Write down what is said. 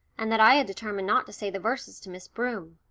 and that i had determined not to say the verses to miss broom.